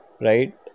right